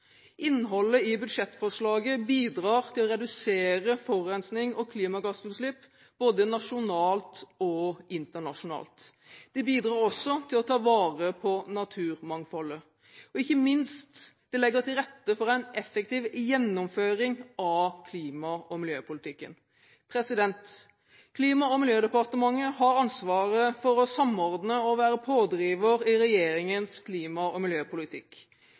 Innholdet i budsjettforslaget bidrar til å redusere forurensning og klimagassutslipp, både nasjonalt og internasjonalt. Det bidrar også til å ta vare på naturmangfoldet. Og ikke minst: Det legger til rette for en effektiv gjennomføring av klima- og miljøpolitikken. Klima- og miljødepartementet har ansvaret for å samordne og være pådriver i regjeringens klima- og miljøpolitikk.